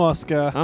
Oscar